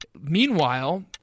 Meanwhile